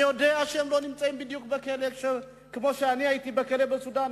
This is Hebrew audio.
אני יודע שהם לא נמצאים בדיוק בכלא כמו שאני הייתי בכלא בסודן,